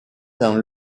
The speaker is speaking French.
dans